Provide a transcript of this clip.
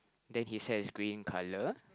then his hair is green colour